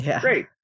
Great